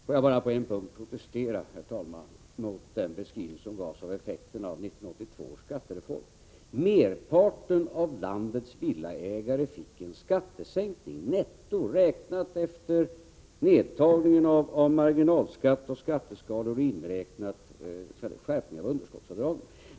Herr talman! Får jag bara på en punkt protestera mot den beskrivning som gavs av effekterna av 1982 års skattereform. Merparten av landets villaägare fick en skattesänkning netto, räknat efter nedtagningen av marginalskatt och skatteskalor och inberäknat t.ex. skärpning av underskottsavdragen.